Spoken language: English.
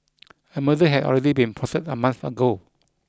a murder had already been plotted a month ago